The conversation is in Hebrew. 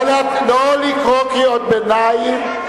נתקבלה.